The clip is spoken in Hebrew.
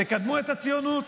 תקדמו את הציונות.